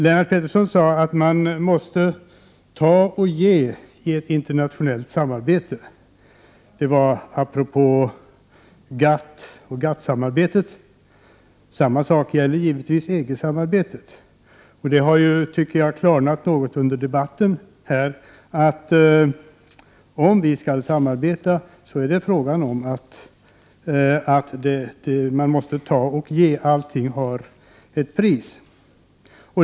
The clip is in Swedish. Lennart Pettersson sade apropå GATT-samarbetet att man måste ta och gei ett internationellt samarbete. Samma sak gäller givetvis EG-samarbetet. Det har, tycker jag, under debatten här klarnat att om vi skall samarbeta, så måste man ta och ge; allting har ett pris.